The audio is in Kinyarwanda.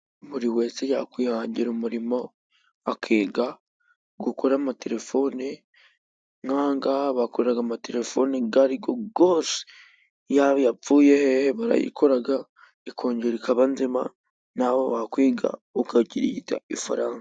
Buri wese yakwihangira umurimo akiga gukora amaterefone, nkaho ngaha bakora amaterefone ayariyo yose yaba iyapfuye hehe barayikora ikongera ikaba nzima nawe wa kwiga ukakirigita ifaranga.